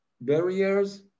barriers